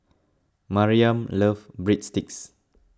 Maryam loves Breadsticks